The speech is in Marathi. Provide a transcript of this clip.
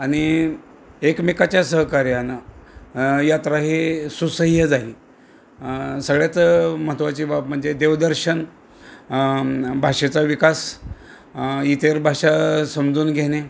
आणि एकमेकाच्या सहकार्यानं यात्रा ही सुसह्य झाली सगळ्यात महत्त्वाची बाब म्हणजे देवदर्शन भाषेचा विकास इतर भाषा समजून घेणे